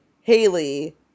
Haley